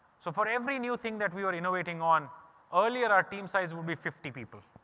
so for every new thing that we are innovating on earlier, our team size will be fifty people.